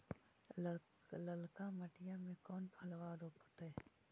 ललका मटीया मे कोन फलबा रोपयतय?